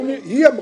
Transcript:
היא אמרה.